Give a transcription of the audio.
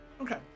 Okay